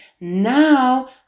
now